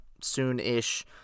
soon-ish